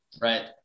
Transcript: right